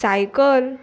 cycle